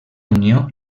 unió